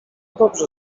dobrze